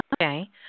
Okay